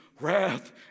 wrath